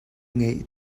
ngaih